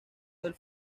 del